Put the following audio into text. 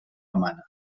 romana